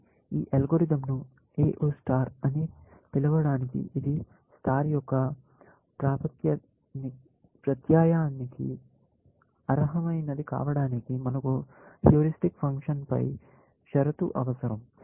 ఈ అల్గోరిథంను AO star అని పిలవడానికి ఇది స్టార్ యొక్క ప్రత్యయానికి అర్హమైనది కావడానికి మనకు హ్యూరిస్టిక్ ఫంక్షన్పై షరతు అవసరం